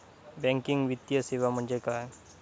Banking वित्तीय सेवा म्हणजे काय?